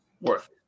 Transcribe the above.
Worth